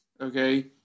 Okay